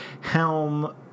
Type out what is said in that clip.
helm